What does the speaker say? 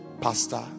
Pastor